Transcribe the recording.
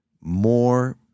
more